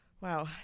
wow